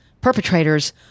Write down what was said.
perpetrators